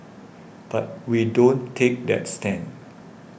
but we don't take that stand